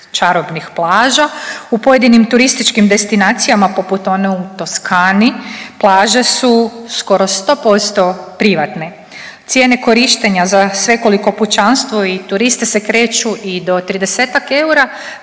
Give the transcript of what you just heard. čarobnih plaža u pojedinim turističkim destinacijama poput one u Toskani plaže su skoro sto posto privatne. Cijene korištenja za svekoliko pučanstvo i turiste se kreću i do